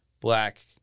black